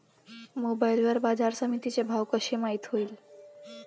Mobile वर बाजारसमिती चे भाव कशे माईत होईन?